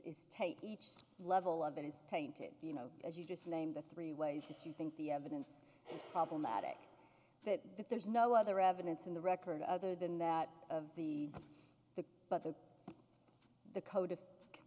is tape each level of it is tainted you know as you just named the three ways that you think the evidence is problematic that that there's no other evidence in the record other than that of the the but the the code